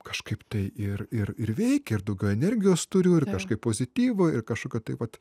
kažkaip tai ir ir ir veikė ir daugiau energijos turiu ir kažkaip pozityvo ir kažkokio tai vat